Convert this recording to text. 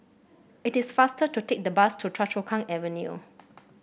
it is faster to take the bus to Choa Chu Kang Avenue